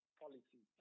policy